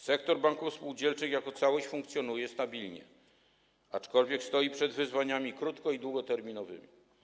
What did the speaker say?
Sektor banków spółdzielczych jako całość funkcjonuje stabilnie, aczkolwiek stoi przed wyzwaniami krótko- i długoterminowymi.